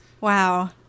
wow